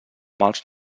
mals